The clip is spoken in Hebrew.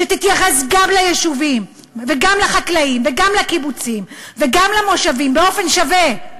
שתתייחס גם ליישובים וגם לחקלאים וגם לקיבוצים וגם למושבים באופן שווה,